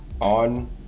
On